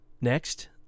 Next